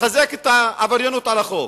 לחזק את העבריינות על החוק.